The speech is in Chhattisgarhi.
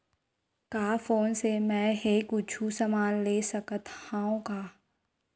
का फोन से मै हे कुछु समान ले सकत हाव का?